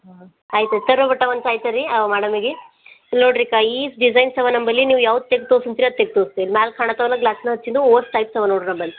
ಹಾಂ ಆಯ್ತಾಯ್ತು ಅವು ಮಾಡಲ್ಲಗಿ ಇಲ್ಲಿ ನೋಡಿರಿಕ್ಕ ಈಸು ಡಿಸೈನ್ಸವ ನಮ್ಮಲ್ಲಿ ನೀವು ಯಾವ್ದು ತೆಗ್ದು ತೋರ್ಸಂತೀರ ಅದು ತೆಗ್ದು ತೋರ್ಸ್ತಿನಿ ಮ್ಯಾಲೆ ಕಾಣತವಲ್ಲ ಗ್ಲಾಸ್ನಾಗೆ ಹಚ್ಚಿನದು ಓಟು ಟೈಪ್ಸವೆ ನೋಡಿರಿ ನಮ್ಮಲ್ಲಿ